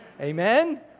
Amen